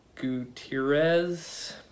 Gutierrez